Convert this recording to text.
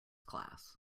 class